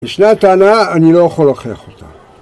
ישנה טענה אני לא יכול להוכיח אותה